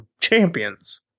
champions